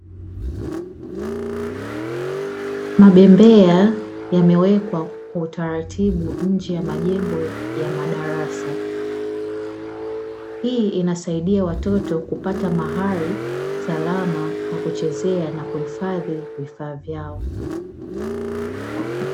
Mabembea yamewekwa kwa utaratibu nje ya majengo ya madarasa. Hii inasaidia watoto kupata mahali salama pa kuchezea na kuhifadhi vifaa vyao.